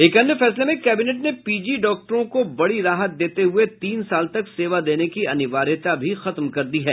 एक अन्य फैसले में कैबिनेट ने पीजी डॉक्टरों को बड़ी राहत देते हुए तीन साल तक सेवा देने की अनिवार्यता भी खत्म कर दी गई